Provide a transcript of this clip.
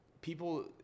people